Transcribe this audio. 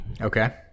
okay